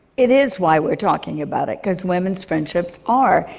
it is why we're talking about it, because women's friendships are,